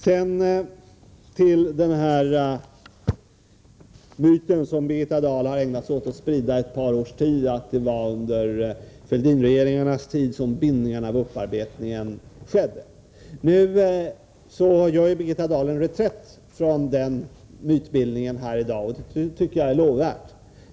Birgitta Dahl har under ett par års tid ägnat sig åt att sprida en myt om att det var under Fälldinregeringarnas tid som bindningarna till upparbetning skedde. I dag gör Birgitta Dahl en reträtt från denna mytbildning, och det är lovvärt.